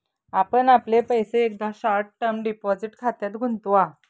आपण आपले पैसे एकदा शॉर्ट टर्म डिपॉझिट खात्यात गुंतवा